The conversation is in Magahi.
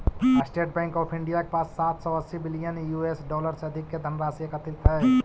स्टेट बैंक ऑफ इंडिया के पास सात सौ अस्सी बिलियन यूएस डॉलर से अधिक के धनराशि एकत्रित हइ